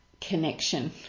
connection